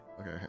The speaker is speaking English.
okay